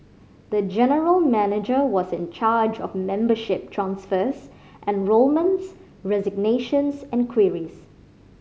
the general manager was in charge of membership transfers enrolments resignations and queries